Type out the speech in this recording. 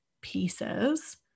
pieces